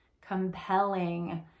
compelling